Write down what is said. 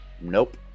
Nope